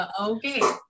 okay